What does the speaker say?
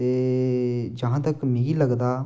ऐ जहां तक मिगी लगदा